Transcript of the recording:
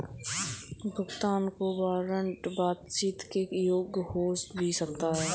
भुगतान का वारंट बातचीत के योग्य हो भी सकता है